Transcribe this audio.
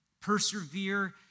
persevere